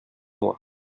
moi